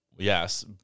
Yes